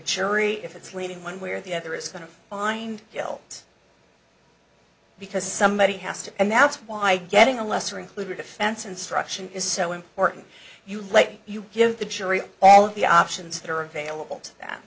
jury if it's leaning one way or the other is going to find guilt because somebody has to and that's why getting a lesser included offense instruction is so important you late you give the jury all the options that are available t